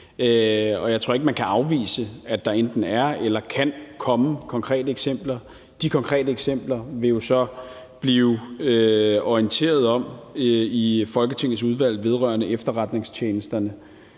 og jeg tror ikke, at man kan afvise, at der enten er eller kan komme konkrete eksempler, og de konkrete eksempler vil der jo så blive orienteret om i Folketingets Udvalg vedrørende Efterretningstjenesterne.